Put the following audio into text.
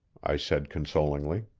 i said consolingly.